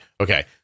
Okay